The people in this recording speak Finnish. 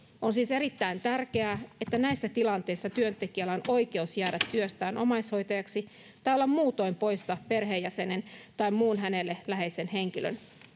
on siis erittäin tärkeää että näissä tilanteissa työntekijällä on oikeus jäädä työstään omaishoitajaksi tai olla muutoin poissa perheenjäsenen tai muun hänelle läheisen henkilön